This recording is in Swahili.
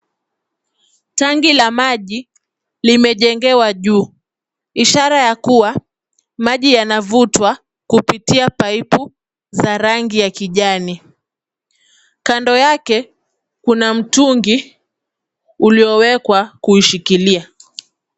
Tanki la maji limejengewa juu, ishara ya kuwa maji yanavutwa kupitia pipe za rangi ya kijani. Kando yake kuna mtungi uliowekwa kuishikilia.